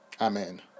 Amen